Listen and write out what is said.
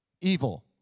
evil